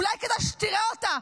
אולי כדאי שתראה אותה,